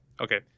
okay